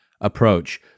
approach